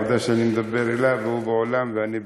עובדה שאני מדבר אליו והוא באולם ואני באולם.